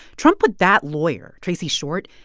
trump put that lawyer, tracy short,